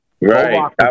right